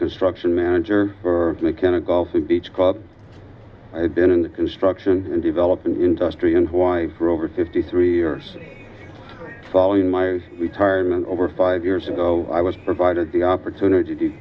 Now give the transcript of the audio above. construction manager for mckenna golf and beach club i have been in the construction and developing industry and why for over fifty three years following my retirement over five years ago i was provided the opportunity to